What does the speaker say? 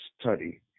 study